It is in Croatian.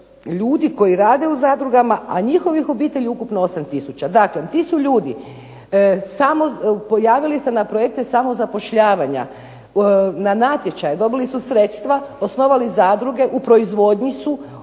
ljudi koji rade u zadrugama, a njihovih obitelji ukupno 8 tisuća. Dakle ti su ljudi samo pojavili se na projekte samozapošljavanja, na natječaje, dobili su sredstva, osnovali zadruge, u proizvodnji su,